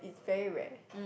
it's very rare